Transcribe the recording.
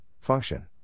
function